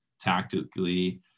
Tactically